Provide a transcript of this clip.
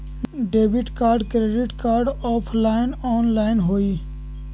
Debit card credit card offline online होई?